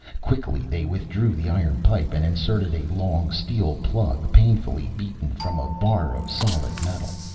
quickly they withdrew the iron pipe and inserted a long steel plug, painfully beaten from a bar of solid metal.